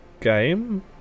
Game